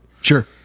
Sure